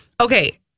okay